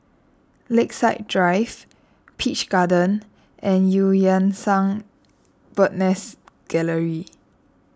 Lakeside Drive Peach Garden and Eu Yan Sang Bird's Nest Gallery